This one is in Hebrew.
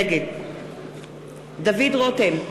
נגד דוד רותם,